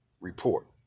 report